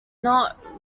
not